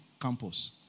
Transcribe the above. campus